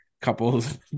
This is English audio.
couples